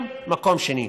והם במקום שני.